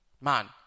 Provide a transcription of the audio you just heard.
man